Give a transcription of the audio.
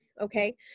Okay